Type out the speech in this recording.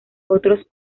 otros